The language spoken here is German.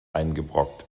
eingebrockt